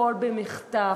הכול במחטף,